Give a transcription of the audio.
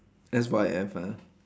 S_Y_F ah